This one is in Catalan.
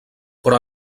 però